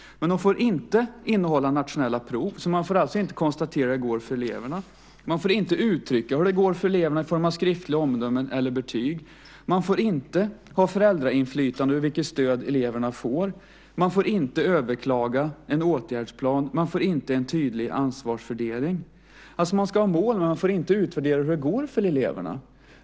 Men de får inte innehålla nationella prov. Man får alltså inte konstatera hur det går för eleverna. Man får inte uttrycka hur det går för eleverna i form av skriftliga omdömen eller betyg. Man får inte ha föräldrainflytande över vilket stöd som eleverna får. Man får inte överklaga en åtgärdsplan. Man får inte en tydlig ansvarsfördelning. Man ska alltså ha mål, men man får inte utvärdera hur det går för eleverna.